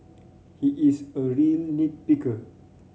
he is a real nit picker